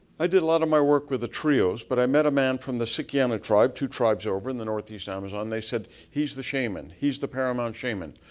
i did a lot of my work with the trio's but i met a man from the sakana tribe, two tribes over in the north east amazon and they said, he's the shayman, he's the paramount shayman.